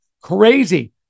crazy